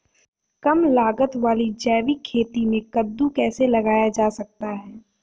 कम लागत वाली जैविक खेती में कद्दू कैसे लगाया जा सकता है?